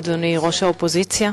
אדוני ראש האופוזיציה,